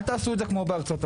אל תעשו את זה כמו בארצות-הברית.